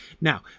Now